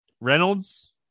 Reynolds